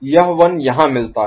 यह 1 यहाँ मिलता है